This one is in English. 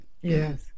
Yes